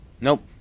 Nope